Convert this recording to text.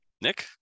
Nick